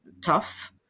tough